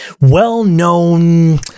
well-known